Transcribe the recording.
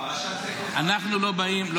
אנחנו לא באים?